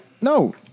no